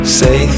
say